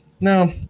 no